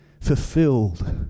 Fulfilled